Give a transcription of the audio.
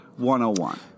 101